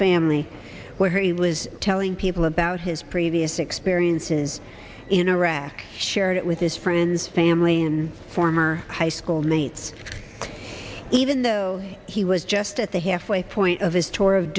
family where he was telling people about his previous experiences in iraq share it with his friends family and former high school mates even though he was just at the halfway point of his tour of